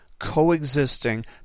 coexisting